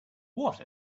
what